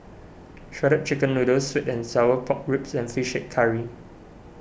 Shredded Chicken Noodles Sweet and Sour Pork Ribs and Fish Head Curry